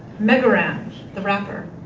mega ran the rapper.